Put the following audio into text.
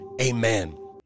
amen